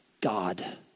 God